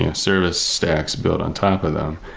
ah service stacks built on top of them.